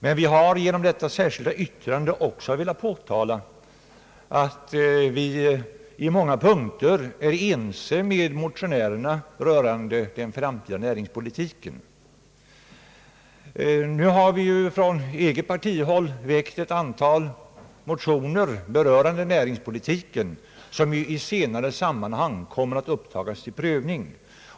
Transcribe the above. Men vi har genom detta särskilda yttrande också velat påpeka att vi i många avseenden är ense med motionärerna rörande den framtida näringspolitiken. Vi har från vårt parti väckt ett antal motioner rörande näringspolitiken, som i ett senare sammanhang kommer att upptagas till prövning.